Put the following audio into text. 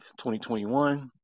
2021